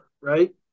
right